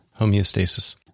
Homeostasis